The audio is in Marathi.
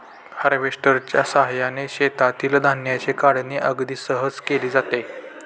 हार्वेस्टरच्या साहाय्याने शेतातील धान्याची काढणी अगदी सहज केली जाते